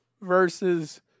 versus